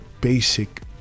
basic